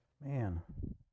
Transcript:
man